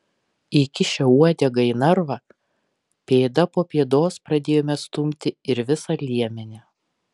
įkišę uodegą į narvą pėda po pėdos pradėjome stumti ir visą liemenį